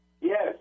Yes